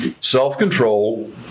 Self-control